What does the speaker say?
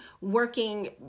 working